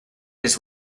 has